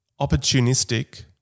opportunistic